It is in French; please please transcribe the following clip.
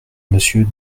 monsieur